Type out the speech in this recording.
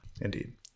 Indeed